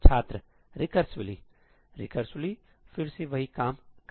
छात्र recursively recursively फिर से वही काम करें